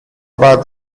about